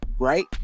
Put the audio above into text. Right